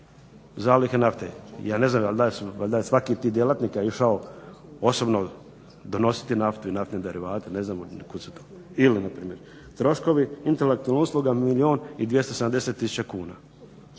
zalihe nafte. Ja ne znam, valjda je svaki od tih djelatnika išao osobno donositi naftu i naftne derivate. Ne znam od kud su to. Ili na primjer troškovi intelektualnih usluga milijun i 270000 kuna.